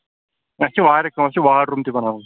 اَسہِ چھےٚ واریاہ کٲم اسہِ چھِ واڈروٗب تہِ بَناوُن